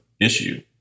issue